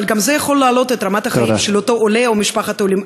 אבל גם זה יכול להעלות את רמת החיים של אותו עולה או משפחת עולים.